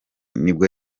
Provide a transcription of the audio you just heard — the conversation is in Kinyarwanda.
nibwo